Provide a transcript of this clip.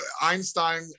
Einstein